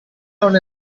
non